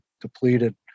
depleted